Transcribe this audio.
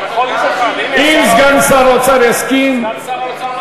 אבל אם סגן שר האוצר, גפני, למה שלא תדחה?